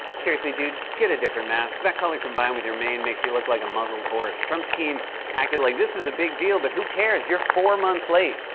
seriously, dude, get a different mask. that color combined with your mane makes you look like a muzzled horse. trump's team acted like this was a big deal, but who cares? you're four months late.